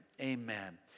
Amen